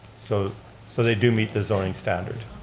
so so they do meet the zoning standard.